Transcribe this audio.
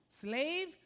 Slave